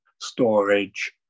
storage